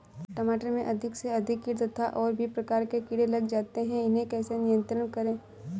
टमाटर में अधिक से अधिक कीट तथा और भी प्रकार के कीड़े लग जाते हैं इन्हें कैसे नियंत्रण करें?